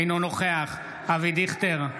אינו נוכח אבי דיכטר,